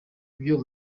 ibyo